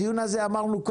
הדיון הזה אמרנו,